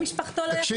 אבל למה --- תקשיבי,